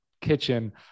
kitchen